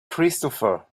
christopher